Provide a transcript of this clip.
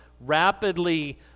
rapidly